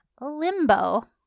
Limbo